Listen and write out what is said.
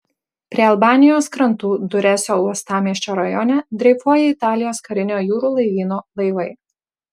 prie albanijos krantų duresio uostamiesčio rajone dreifuoja italijos karinio jūrų laivyno laivai